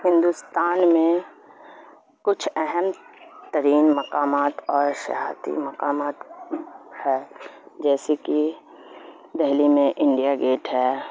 ہندوستان میں کچھ اہم ترین مقامات اور سیاحتی مقامات ہے جیسے کہ دہلی میں انڈیا گیٹ ہے